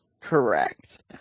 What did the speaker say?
Correct